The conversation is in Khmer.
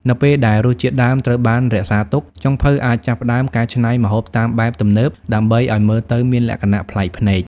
នៅពេលដែលរសជាតិដើមត្រូវបានរក្សាទុក ចុងភៅអាចចាប់ផ្តើមកែច្នៃម្ហូបតាមបែបទំនើបដើម្បីឲ្យមើលទៅមានលក្ខណៈប្លែកភ្នែក។